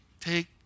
Take